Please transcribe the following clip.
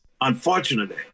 Unfortunately